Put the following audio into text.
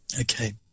Okay